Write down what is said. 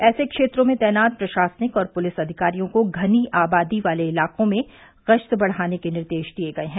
ऐसे क्षेत्रों में तैनात प्रशासनिक और पुलिस अधिकारियों को घनी आबादी वाले इलाकों में गश्त बढ़ाने के निर्देश दिए गए हैं